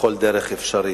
בכל דרך אפשרית.